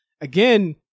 again